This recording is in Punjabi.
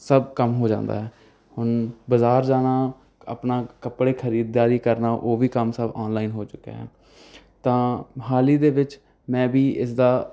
ਸਭ ਕੰਮ ਹੋ ਜਾਂਦਾ ਹੈ ਹੁਣ ਬਾਜ਼ਾਰ ਜਾਣਾ ਆਪਣਾ ਕੱਪੜੇ ਖਰੀਦਦਾਰੀ ਕਰਨਾ ਉਹ ਵੀ ਕੰਮ ਸਭ ਔਨਲਾਈਨ ਹੋ ਚੁੱਕਿਆ ਹੈ ਤਾਂ ਹਾਲ ਹੀ ਦੇ ਵਿੱਚ ਮੈਂ ਵੀ ਇਸ ਦਾ